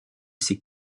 ses